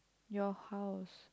your house